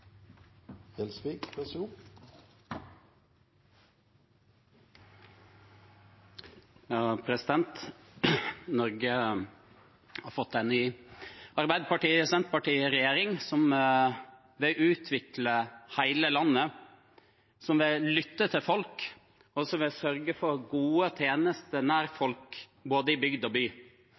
har fått en ny Arbeiderparti–Senterparti-regjering som vil utvikle hele landet, som vil lytte til folk, og som vil sørge for gode tjenester nær folk i både bygd og by.